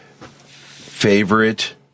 Favorite